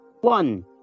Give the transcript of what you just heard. one